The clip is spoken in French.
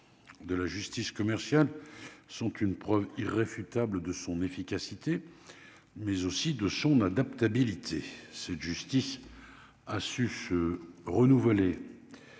de la justice commerciale sont une preuve irréfutable de son efficacité, mais aussi de son adaptabilité, ceux de justice a su se renouveler